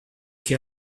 che